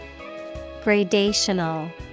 Gradational